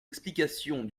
explications